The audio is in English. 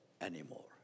anymore